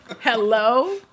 Hello